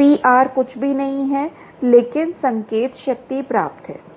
PR कुछ भी नहीं है लेकिन संकेत शक्ति प्राप्त है